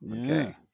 Okay